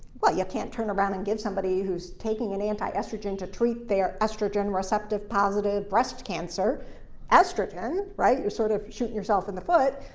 but can't turn around and give somebody who's taking an antiestrogen to treat their estrogen-receptive-positive breast cancer estrogen, right? you're sort of shooting yourself in the foot.